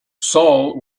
saul